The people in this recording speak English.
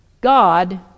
God